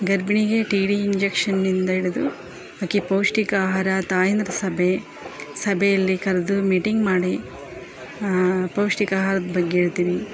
ಗರ್ಭಿಣಿಗೆ T B ಇಂಜೆಕ್ಷನ್ನಿಂದ ಹಿಡ್ದು ಆಕೆ ಪೌಷ್ಟಿಕ ಆಹಾರ ತಾಯಂದ್ರ ಸಭೆ ಸಭೆಯಲ್ಲಿ ಕರೆದು ಮೀಟಿಂಗ್ ಮಾಡಿ ಪೌಷ್ಟಿಕ ಆಹಾರದ ಬಗ್ಗೆ ಹೇಳ್ತಿವಿ